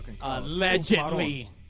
Allegedly